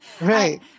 Right